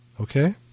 Okay